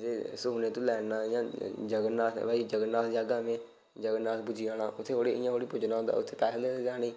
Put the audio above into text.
ते सुखने तूं लै'ना इयां जगननाथ भाई जनगनाथ जाह्गा में जनगनाथ पुज्जी जाना उत्थै इटयां थोह्ड़ी पुज्जन होंदा उत्थै पैहे लगदे जाने गी